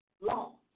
long